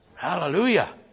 Hallelujah